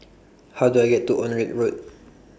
How Do I get to Onraet Road